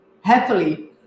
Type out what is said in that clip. happily